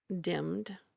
dimmed